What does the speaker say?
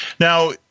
Now